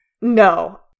No